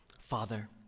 Father